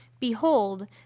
Behold